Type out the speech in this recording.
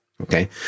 okay